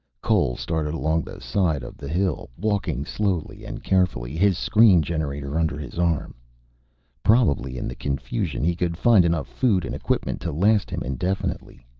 cole started along the side of the hill, walking slowly and carefully, his screen generator under his arm probably in the confusion he could find enough food and equipment to last him indefinitely.